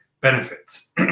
benefits